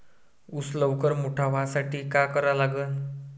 ऊस लवकर मोठा व्हासाठी का करा लागन?